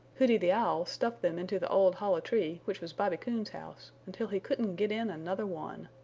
hooty the owl stuffed them into the old hollow tree which was bobby coon's house, until he couldn't get in another one.